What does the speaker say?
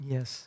Yes